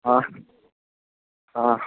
ହଁ ହଁ